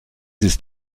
ist